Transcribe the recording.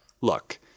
look